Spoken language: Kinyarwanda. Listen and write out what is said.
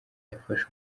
yafashe